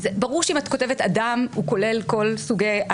ברור שאם את כותבת אדם הוא כולל כל סוגי.